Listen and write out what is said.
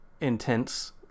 intense